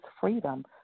freedom